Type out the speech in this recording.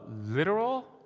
literal